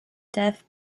death